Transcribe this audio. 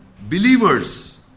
believers